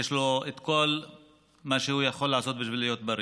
יש לו את כל מה שהוא יכול לעשות בשביל להיות בריא.